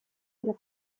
della